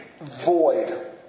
void